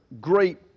great